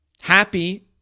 happy